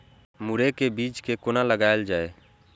मुरे के बीज कै कोना लगायल जाय?